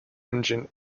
engine